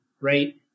right